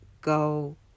go